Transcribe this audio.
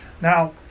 now